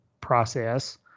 process